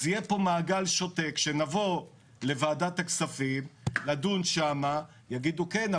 אז יהיה כאן מעגל שותק שנבוא לוועדת הכספים לדון שם ויגידו כן,